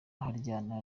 aharyana